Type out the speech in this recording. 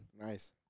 Nice